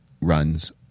runs